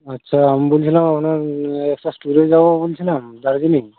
আচ্ছা আমি বলছিলাম আপনার একটা স্টুডেন্ট যাবো বলছিলাম দার্জিলিং